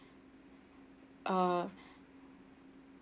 uh